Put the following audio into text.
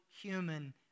human